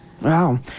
Wow